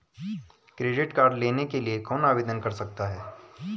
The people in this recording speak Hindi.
क्रेडिट कार्ड लेने के लिए कौन आवेदन कर सकता है?